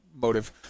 motive